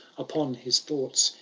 upon his thoughts,